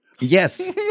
Yes